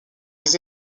les